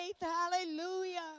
Hallelujah